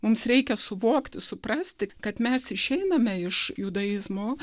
mums reikia suvokti suprasti kad mes išeiname iš judaizmo